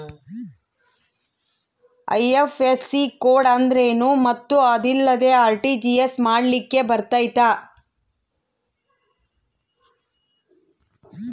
IFSC code ಅಂದ್ರೇನು ಮತ್ತು ಅದಿಲ್ಲದೆ ಆರ್.ಟಿ.ಜಿ.ಎಸ್ ಮಾಡ್ಲಿಕ್ಕೆ ಬರ್ತೈತಾ?